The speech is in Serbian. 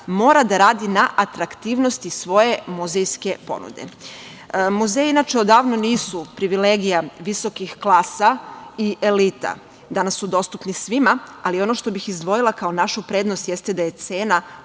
mora da radi na atraktivnosti svoje muzejske ponude. Muzeji, inače, odavno nisu privilegija visokih klasa i elita, danas su dostupni svima, ali ono što bih izdvojila kao našu prednost jeste da je cena